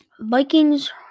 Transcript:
Vikings